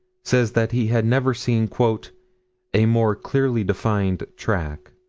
says that he had never seen a more clearly defined track.